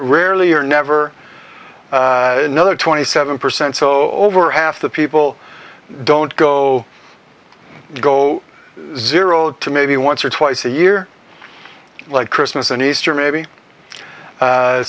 rarely or never no twenty seven percent so over half the people don't go to go zero to maybe once or twice a year like christmas and easter maybe